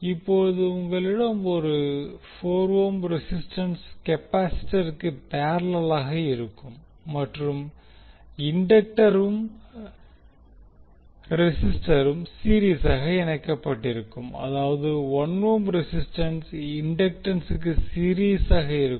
இப்போது உங்களிடம் ஒரு 4 ஓம் ரெசிஸ்டன்ஸ் கெப்பாசிட்டருக்கு பேரலலாக இருக்கும் மற்றும் இண்டக்டரும் ரெசிஸ்டரும் சீரிஸாக இணைக்கப்பட்டிருக்கும் அதாவது 1 ஓம் ரெசிஸ்டன்ஸ் இண்டக்டன்சுக்கு சீரிஸாக இருக்கும்